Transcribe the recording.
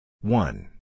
One